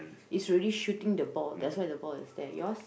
is already shooting the ball that's why the ball is there yours